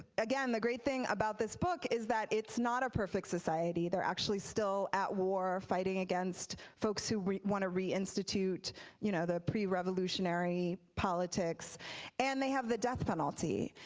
again the great thing about this book is that it's not a perfect society, they're actually still at war fighting against folks who want to reinstitute you know the pre revolutionary politics and they have the death penalty.